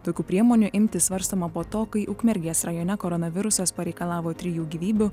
tokių priemonių imtis svarstoma po to kai ukmergės rajone koronavirusas pareikalavo trijų gyvybių